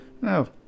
No